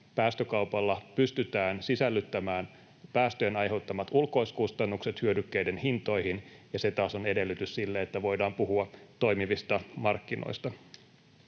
päästökaupalla pystytään sisällyttämään päästöjen aiheuttamat ulkoiskustannukset hyödykkeiden hintoihin, ja se taas on edellytys sille, että voidaan puhua toimivista markkinoista.